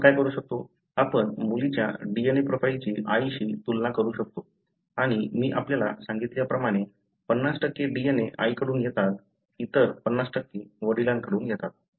आपण काय करू शकतो आपण मुलीच्या DNA प्रोफाइलची आईशी तुलना करू शकतो आणि मी आपल्याला सांगितल्याप्रमाणे 50 DNA आईकडून येतात इतर 50 वडिलांकडून येतात